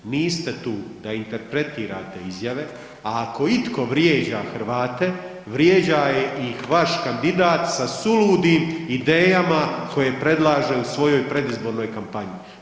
Niste tu da interpretirate izjave, a ako itko vrijeđa Hrvate vrijeđa ih vaš kandidat sa suludim idejama koje predlaže u svojoj predizbornoj kampanji.